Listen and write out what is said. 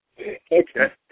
Okay